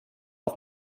auf